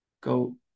go